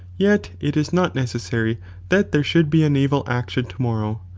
yet it is not necessary that there should be a naval action to-morrow,